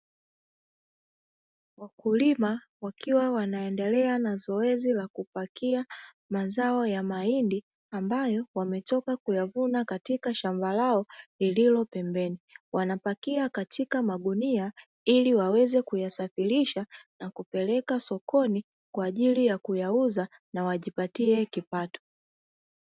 Wakulima wakiwa wanaendelea na zoezi la kupakia mazao ya mahindi; ambayo wametoka kuyavuna katika shamba lao lililo pembeni. Wanapakia katika magunia ili waweze kuyasafirisha na kupeleka sokoni, kwa ajili ya kuyauza na wajipatie kipato.